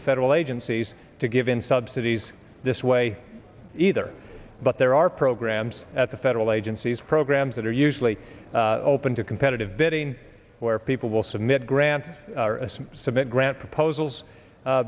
the federal agencies to give in subsidies this way either but there are programs at the federal agencies programs that are usually open to competitive bidding where people will submit grant submit grant proposals